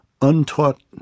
untaught